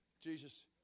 Jesus